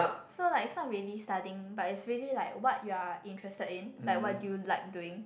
so like is not really studying but is really like what you are interested in like what do you like doing